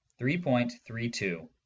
3.32